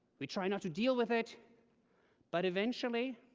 we try not to deal with it but eventually,